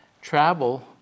travel